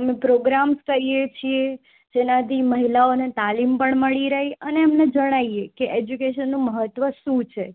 અમે પ્રોગ્રામ્સ કરીએ છીએ જેનાથી મહિલાઓને તાલીમ પણ મળી રહે અને એમને જણાવીએ કે એજ્યુકેશનનું મહત્ત્વ શું છે